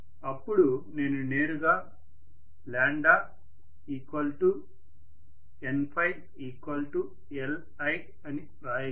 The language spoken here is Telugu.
అప్పుడు నేను నేరుగా NLi అని రాయగలను